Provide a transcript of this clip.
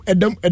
Adam